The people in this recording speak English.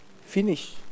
Finish